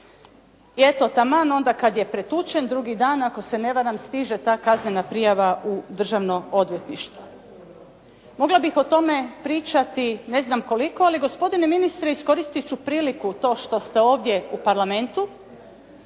I eto, taman onda kad je pretučen drugi dan ako se ne varam stiže ta kaznena prijava u Državno odvjetništvo. Mogla bih o tome pričati ne znam koliko, ali gospodine ministre iskoristit ću priliku to što ste ovdje u Parlamentu